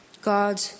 God